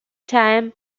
time